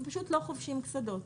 פשוט לא חובשים קסדות.